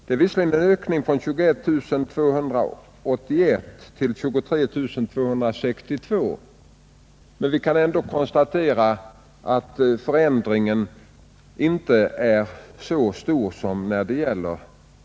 Det är visserligen en ökning från 21 281 till 23 262, men vi kan ändå konstatera att förändringen inte är så stor.